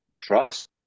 Trust